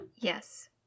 Yes